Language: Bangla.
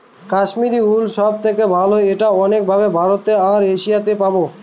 কাশ্মিরী উল সব থেকে ভালো এটা অনেক ভাবে ভারতে আর এশিয়াতে পাবো